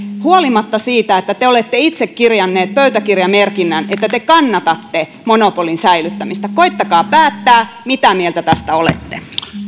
huolimatta siitä että te olette itse kirjanneet pöytäkirjamerkinnän että te kannatatte monopolin säilyttämistä koettakaa päättää mitä mieltä tästä olette